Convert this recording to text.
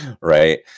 right